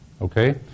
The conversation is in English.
Okay